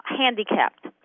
handicapped